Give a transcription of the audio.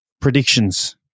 predictions